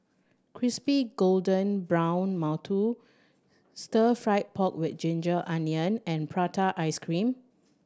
crispy golden brown mantou stir fried pork with ginger onion and prata ice cream